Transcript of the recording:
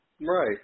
Right